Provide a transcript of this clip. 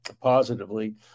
positively